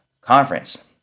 conference